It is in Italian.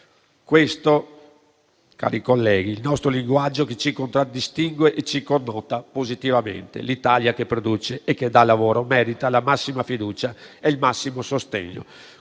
Questo, onorevoli colleghi, è il nostro linguaggio che ci contraddistingue e ci connota positivamente. L'Italia che produce e che dà lavoro merita la massima fiducia e il massimo sostegno.